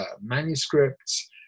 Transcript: manuscripts